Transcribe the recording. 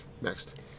Next